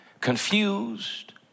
confused